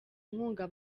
inkunga